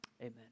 Amen